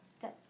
Good